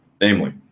namely